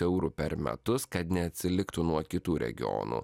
eurų per metus kad neatsiliktų nuo kitų regionų